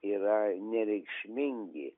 yra nereikšmingi